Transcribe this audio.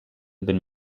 bin